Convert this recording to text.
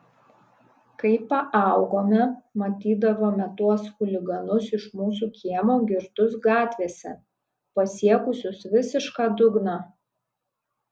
kai paaugome matydavome tuos chuliganus iš mūsų kiemo girtus gatvėse pasiekusius visišką dugną